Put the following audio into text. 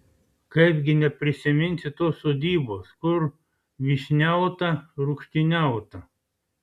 kaipgi neprisiminsi tos sodybos kur vyšniauta rūgštyniauta